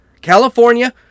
California